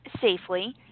safely